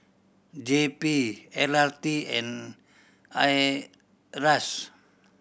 J P L R T and IRAS